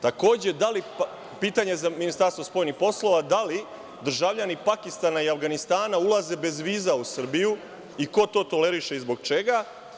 Takođe, pitanje za Ministarstvo spoljnih poslova, da li državljani Pakistana i Avganistana ulaze bez viza u Srbiju i ko to toleriše i zbog čega?